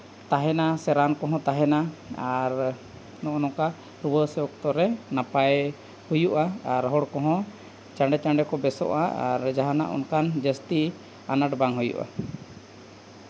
ᱛᱟᱦᱮᱱᱟ ᱥᱮ ᱨᱟᱱ ᱠᱚᱦᱚᱸ ᱛᱟᱦᱮᱱᱟ ᱟᱨ ᱱᱚᱜᱼᱚ ᱱᱚᱝᱠᱟ ᱨᱩᱣᱟᱹ ᱦᱟᱹᱥᱩ ᱚᱠᱛᱚᱨᱮ ᱱᱟᱯᱟᱭ ᱦᱩᱭᱩᱜᱼᱟ ᱟᱨ ᱦᱚᱲ ᱠᱚᱦᱚᱸ ᱪᱟᱬᱮ ᱪᱟᱬᱮ ᱠᱚ ᱵᱮᱥᱚᱜᱼᱟ ᱟᱨ ᱡᱟᱦᱟᱱᱟᱜ ᱚᱱᱠᱟᱱ ᱡᱟᱹᱥᱛᱤ ᱟᱱᱟᱴ ᱵᱟᱝ ᱦᱩᱭᱩᱜᱼᱟ